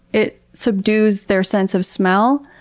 it subdues their sense of smell,